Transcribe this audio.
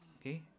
okay